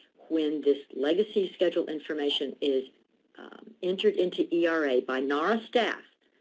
when this legacy schedule information is entered into era by nara staff,